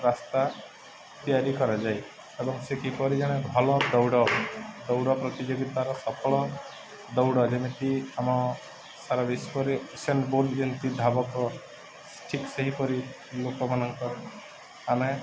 ରାସ୍ତା ତିଆରି କରାଯାଏ ଏବଂ ସେ କିପରି ଜଣେ ଭଲ ଦୌଡ଼ ଦୌଡ଼ ପ୍ରତିଯୋଗିତାର ସଫଳ ଦୌଡ଼ ଯେମିତି ଆମ ସାରା ବିଶ୍ୱରେ ଯେମିତି ଧାବକ ଠିକ୍ ସେହିପରି ଲୋକମାନଙ୍କର ଆମେ